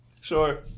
Sure